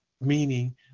meaning